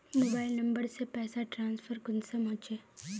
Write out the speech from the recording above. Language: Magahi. मोबाईल नंबर से पैसा ट्रांसफर कुंसम होचे?